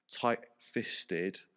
tight-fisted